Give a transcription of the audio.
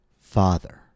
father